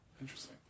interesting